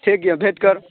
ठीक यऽ भेंट करब